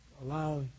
Allow